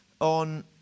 on